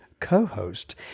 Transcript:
co-host